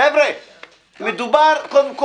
חבר'ה, מדובר, קודם כול,